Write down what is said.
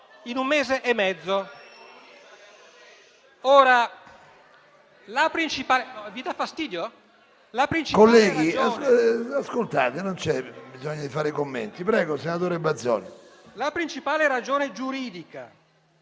di un mese e mezzo